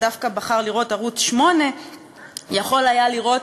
דווקא בחר לראות ערוץ 8 יכול היה לראות,